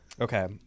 okay